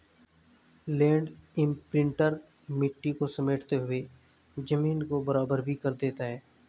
land imprinter मिट्टी को समेटते हुए जमीन को बराबर भी कर देता है